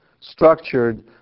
structured